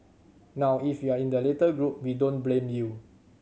now if you're in the latter group we don't blame you